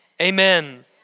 amen